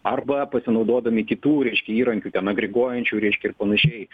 arba pasinaudodami kitų reiškia įrankių ten agriguojančių reiškia ir panašiai